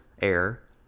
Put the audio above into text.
air